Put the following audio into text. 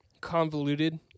convoluted